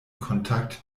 kontakt